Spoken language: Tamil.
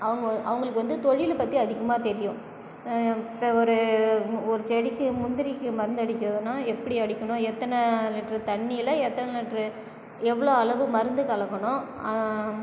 அவங்க அவங்களுக்கு வந்து தொழிலை பற்றி அதிகமாக தெரியும் இப்போ ஒரு ஒரு செடிக்கு முந்திரிக்கு மருந்தடிக்கிறதுன்னால் எப்படி அடிக்கணும் எத்தனை லிட்டர் தண்ணியில் எத்தனை லிட்டர் எவ்வளோ அளவு மருந்து கலக்கணும்